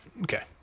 Okay